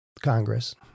Congress